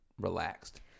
relaxed